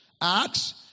Acts